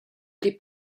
pli